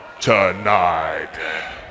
tonight